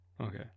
okay